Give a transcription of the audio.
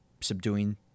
subduing